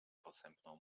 posępną